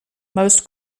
most